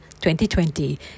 2020